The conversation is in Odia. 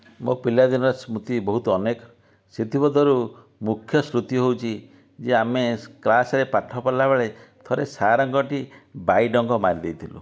ମୋ ପିଲାଦିନର ସ୍ମୃତି ବହୁତ ଅନେକ ସେଥିମଧ୍ୟରୁ ମୁଖ୍ୟ ସ୍ମୃତି ହେଉଛି ଯେ ଆମେ କ୍ଲାସରେ ପାଠ ପଢ଼ିଲାବେଳେ ଥରେ ସାରଙ୍କଠି ବାଇଡ଼ଙ୍କ ମାରିଦେଇଥିଲୁ